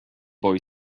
boy